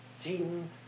seen